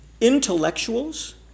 intellectuals